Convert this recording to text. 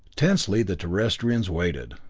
tensely the terrestrians waited.